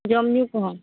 ᱡᱚᱢ ᱧᱩ ᱠᱚᱦᱚᱸ